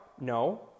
No